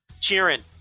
cheering